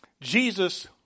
Jesus